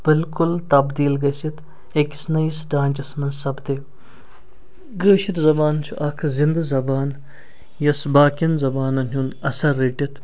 بِلکُل تبدیٖل گٔژھِتھ أکِس نٔیِس ڈانچَس منٛز سَپدِ کٲشِر زبان چھِ اَکھ زِنٛدٕ زبان یُس باقِیَن زبانَن ہُنٛد اثَر رٔٹِتھ